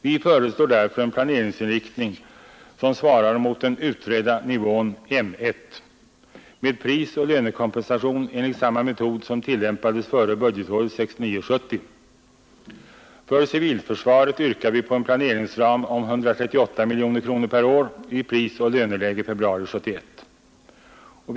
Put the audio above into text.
Vi föreslår därför en planeringsinriktning som svarar mot den utredda nivån M 1 med prisoch lönekompensation enligt samma metod som tillämpades före budgetåret 1969/70. För civilförsvaret yrkar vi på en planeringsram om 138 miljoner kronor per år i prisoch löneläget för februari 1971.